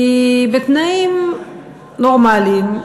כי בתנאים נורמליים,